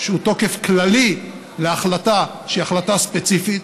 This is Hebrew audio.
שהוא תוקף כללי להחלטה שהיא החלטה ספציפית.